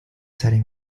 setting